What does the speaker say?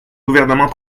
gouvernement